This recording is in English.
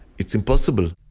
it's impossible.